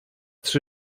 trzy